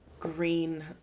green